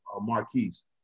Marquise